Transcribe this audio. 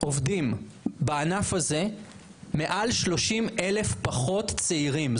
עובדים בענף הזה מעל 30 אלף פחות צעירים.